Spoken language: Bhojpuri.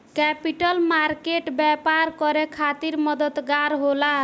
कैपिटल मार्केट व्यापार करे खातिर मददगार होला